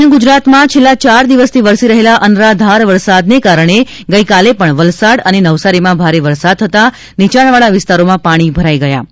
દક્ષિણ ગુજરાતમાં છેલ્લાં ચાર દિવસથી વરસી રહેલા અનરાધાર વરસાદને કારણે ગઈકાલે પણ વલસાડ અને નવસારીમાં ભારે વરસાદ થતાં નીચાણવાળા વિસ્તારોમાં પાણી ભરાઈ જવા પામ્યા છે